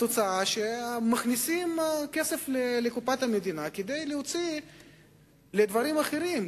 התוצאה היא שמכניסים כסף לקופת המדינה כדי להוציא לדברים אחרים,